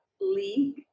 league